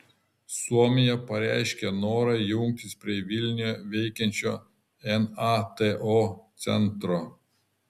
suomija pareiškė norą jungtis prie vilniuje veikiančio nato centro